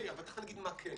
אני אגיד מה כן.